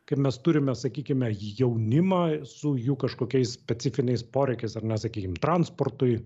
kaip mes turime sakykime jaunimą su jų kažkokiais specifiniais poreikiais ar ne sakykim transportui